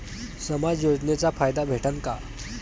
समाज योजनेचा फायदा भेटन का?